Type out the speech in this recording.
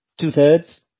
two-thirds